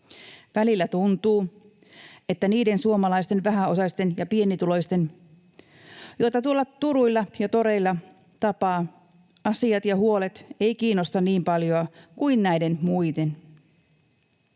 Välillä tuntuu, että niiden suomalaisten vähäosaisten ja pienituloisten, joita tuolla turuilla ja toreilla tapaa, asiat ja huolet eivät kiinnosta niin paljoa kuin näiden muiden.